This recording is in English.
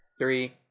Three